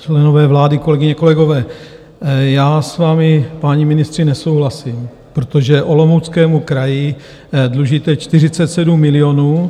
Členové vlády, kolegyně, kolegové, já s vámi, páni ministři, nesouhlasím, protože Olomouckému kraji dlužíte 47 milionů.